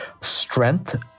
strength